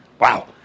Wow